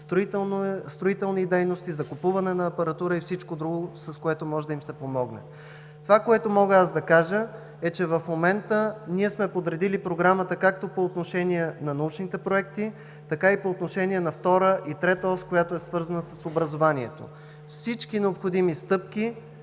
строителни дейности, закупуване на апаратура и всичко друго, с което може да им се помогне. В момента ние сме подредили Програма както по отношение на научните проекти, така и по отношение на Втора и Трета ос, свързани с образованието. Всички необходими стъпки